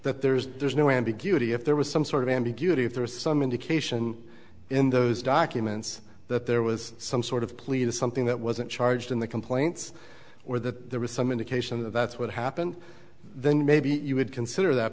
that there is there's no ambiguity if there was some sort of ambiguity if there is some indication in those documents that there was some sort of plea to something that wasn't charged in the complaints or that there was some indication that that's what happened then maybe you would consider that